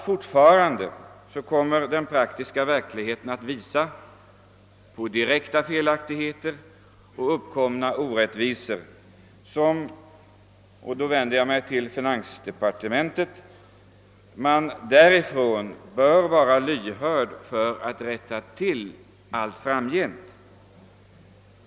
Fortfarande kommer den praktiska verkligheten att visa på direkta felaktigheter och uppkomna orättvisor som — och då vänder jag mig till finansministern — man i finansdepartementet borde vara lyhörd för och söka rätta till i framtiden.